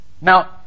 Now